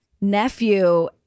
nephew